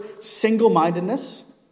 single-mindedness